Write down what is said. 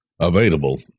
Available